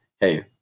hey